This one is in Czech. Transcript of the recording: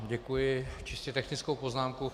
Děkuji, mám čistě technickou poznámku.